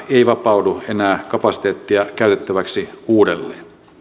ei vapaudu enää kapasiteettia käytettäväksi uudelleen